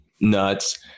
nuts